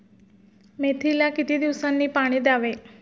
मेथीला किती दिवसांनी पाणी द्यावे?